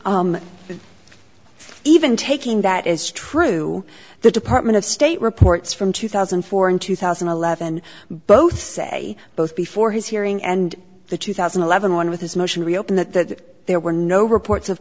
even taking that is true the department of state reports from two thousand and four and two thousand and eleven both say both before his hearing and the two thousand and eleven one with his motion reopen that there were no reports of